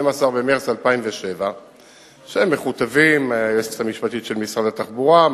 12 במרס 2007. מכותבים: היועצת המשפטית של משרד התחבורה,